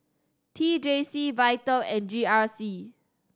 T J C Vital and G R C